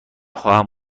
خواهم